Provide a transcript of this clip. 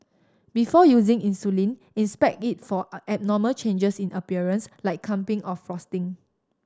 before using insulin inspect it for abnormal changes in appearance like clumping or frosting